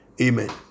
Amen